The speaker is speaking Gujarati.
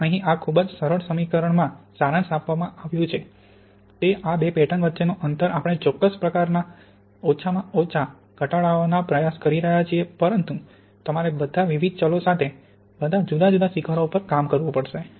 તે અહીં આ ખૂબ જ સરળ સમીકરણમાં સારાંશ આપવામાં આવ્યું છે કે આ બે પેટર્ન વચ્ચેનો અંતર આપણે ચોરસ પ્રકારમાં ઓછામાં ઓછો ઘટાડવાનો પ્રયાસ કરી રહ્યાં છીએ પરંતુ તમારે બધા વિવિધ ચલો સાથે બધા જુદા જુદા શિખરો પર કામ કરવું પડશે